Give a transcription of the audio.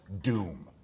doom